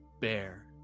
bear